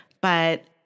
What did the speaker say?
But-